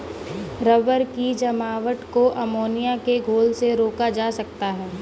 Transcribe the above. rubber की जमावट को अमोनिया के घोल से रोका जा सकता है